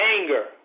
anger